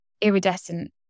iridescent